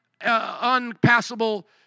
unpassable